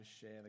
share